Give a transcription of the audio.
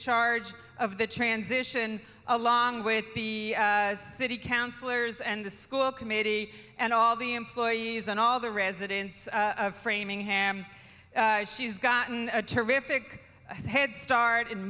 charge of the transition along with the city councillors and the school committee and all the employees and all the residents of framingham she's gotten a terrific head start